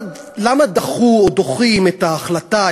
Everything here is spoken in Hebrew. למה דחו או דוחים את ההחלטה,